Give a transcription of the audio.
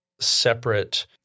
Separate